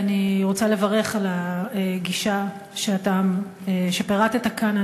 ואני רוצה לברך על הגישה שפירטת כאן.